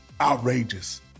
outrageous